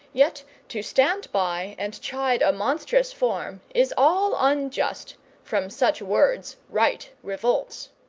yet to stand by and chide a monstrous form is all unjust from such words right revolts.